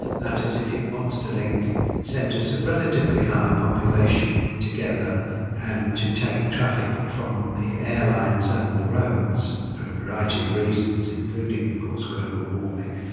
that is, if it wants to link centres of relatively high population together and to take traffic from the airlines and the roads, for a variety of reasons, including of course global warming,